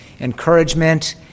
encouragement